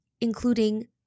including